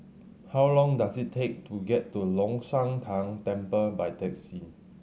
how long does it take to get to Long Shan Tang Temple by taxi